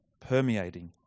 permeating